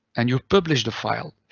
and you publish the file,